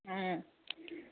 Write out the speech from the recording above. ꯎꯝ